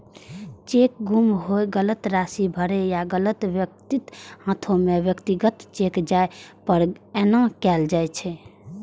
cheque गुम होय, गलत राशि भरै या गलत व्यक्तिक हाथे मे व्यक्तिगत चेक जाय पर एना कैल जाइ छै